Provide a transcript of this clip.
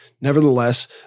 Nevertheless